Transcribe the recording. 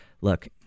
look